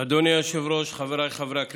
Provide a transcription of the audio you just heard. אדוני היושב-ראש, חבריי חברי הכנסת,